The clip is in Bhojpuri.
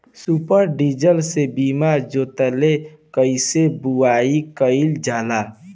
सूपर सीडर से बीना जोतले कईसे बुआई कयिल जाला?